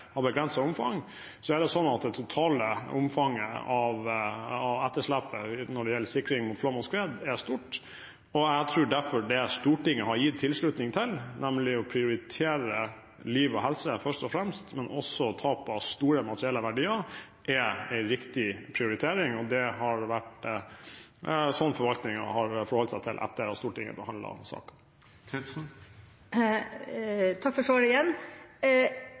stort. Jeg tror derfor at det Stortinget har gitt tilslutning til, nemlig å prioritere liv og helse først og fremst, men også store materielle verdier, er en riktig prioritering, og det er det forvaltningen har forholdt seg til etter at Stortinget behandlet saken. Takk for svaret igjen.